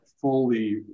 fully